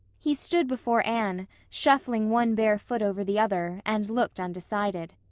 he stood before anne, shuffling one bare foot over the other, and looked undecided.